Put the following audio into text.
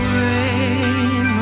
rain